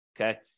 Okay